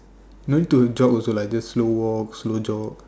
no need to jog also like just slow walk slow jog